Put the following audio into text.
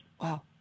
Wow